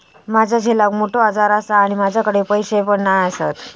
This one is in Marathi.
माझ्या झिलाक मोठो आजार आसा आणि माझ्याकडे पैसे पण नाय आसत